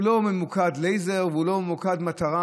הוא לא ממוקד לייזר והוא לא ממוקד מטרה.